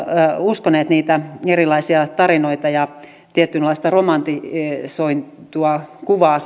uskoneet niitä erilaisia tarinoita ja saaneet tietynlaista romantisoitua kuvaa